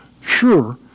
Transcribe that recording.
Sure